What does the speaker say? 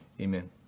amen